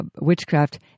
witchcraft